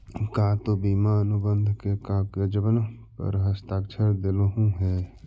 का तु बीमा अनुबंध के कागजबन पर हस्ताक्षरकर देलहुं हे?